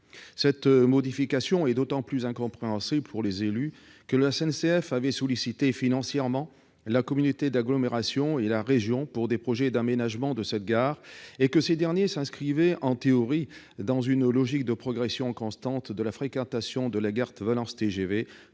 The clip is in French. Cette modification est d'autant plus incompréhensible pour les élus que la SNCF avait sollicité financièrement la communauté d'agglomération et la région pour des projets d'aménagement de cette gare, et que ces derniers s'inscrivaient en théorie dans une logique de progression constante de la fréquentation de la gare de Valence-TGV,